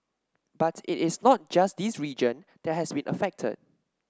but it is not just this region that has been affected